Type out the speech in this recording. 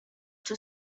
too